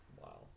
Wow